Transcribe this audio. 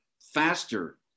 faster